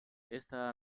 esta